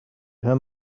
her